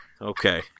Okay